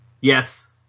Yes